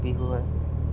বিহু হয়